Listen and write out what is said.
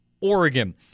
Oregon